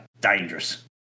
dangerous